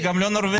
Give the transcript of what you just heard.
אני גם לא נורבגי.